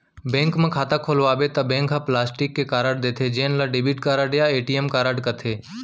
bank म खाता खोलवाबे त बैंक ह प्लास्टिक के कारड देथे जेन ल डेबिट कारड या ए.टी.एम कारड कथें